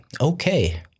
okay